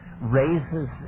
raises